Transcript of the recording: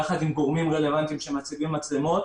יחד עם גורמים רלוונטיים שמציבים מצלמות